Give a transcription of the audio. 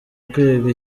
kwiga